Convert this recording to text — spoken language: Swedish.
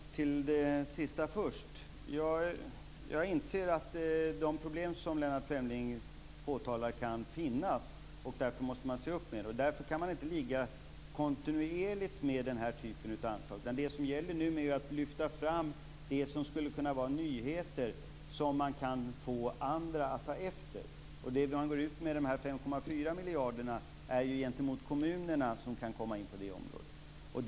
Fru talman! Till det sista först. Jag inser att de problem som Lennart Fremling påtalar kan finnas. Därför måste man se upp. Man kan inte kontinuerligt ha den här typen av anslag. Det som gäller nu är att lyfta fram det som skulle kunna vara nyheter som man kan få andra att ta efter. De 5,4 miljarder man går ut med är riktade mot de kommuner som kan komma in på det området.